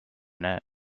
clarinet